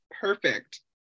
perfect